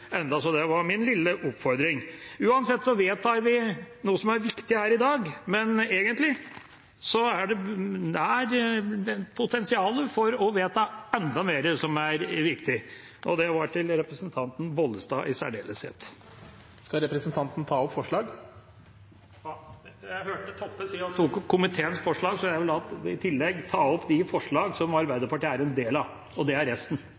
så det var min lille oppfordring. Uansett vedtar vi noe som er viktig her i dag, men egentlig er vi nær potensialet for å vedta enda mer som er viktig. Det var til representanten Bollestad i særdeleshet. Skal representanten ta opp forslag? Jeg hørte Toppe anbefale komiteens innstilling. Jeg vil i tillegg ta opp de forslagene der Arbeiderpartiet er medforslagsstiller – og det er